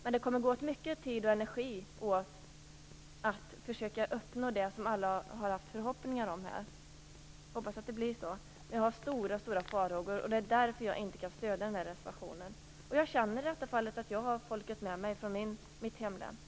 Men det kommer att gå åt mycket tid och energi åt att försöka uppnå det som alla har haft förhoppningar om. Jag har stora farhågor. Det är därför jag inte kan stödja propositionen. Jag känner i det här fallet att jag har folket i mitt hemlän med mig.